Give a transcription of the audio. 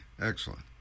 excellent